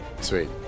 Sweet